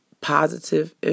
positive